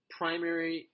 primary